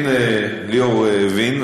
הנה, היושב-ראש הבין.